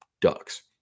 ducks